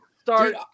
start